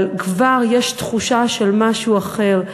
אבל כבר יש תחושה של משהו אחר,